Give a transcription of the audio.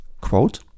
quote